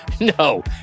No